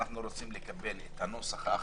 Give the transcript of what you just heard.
אנחנו רוצים לקבל את הנוסח האחרון.